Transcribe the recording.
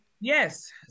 Yes